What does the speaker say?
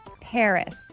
Paris